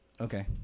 okay